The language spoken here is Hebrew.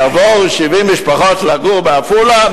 יבואו 70 משפחות לגור בעפולה,